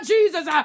Jesus